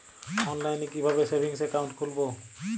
অনলাইনে কিভাবে savings account খুলবো?